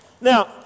Now